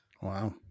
Wow